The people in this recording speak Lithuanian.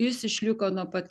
jis išliko nuo pat